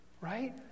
Right